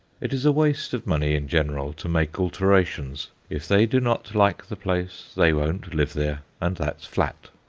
it is a waste of money in general to make alterations if they do not like the place they won't live there, and that's flat!